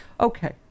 Okay